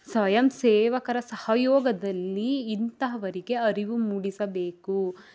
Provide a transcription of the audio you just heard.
ಸ್ವಯಂಸೇವಕರ ಸಹಯೋಗದಲ್ಲಿ ಇಂತಹವರಿಗೆ ಅರಿವು ಮೂಡಿಸಬೇಕು